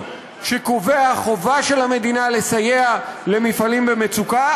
שקובע חובה של המדינה לסייע למפעלים במצוקה,